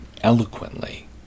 eloquently